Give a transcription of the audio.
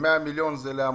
ו-100 מיליון הם לעמותות,